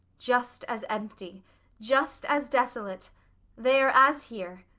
just as empty just as desolate there as here.